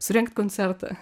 surengt koncertą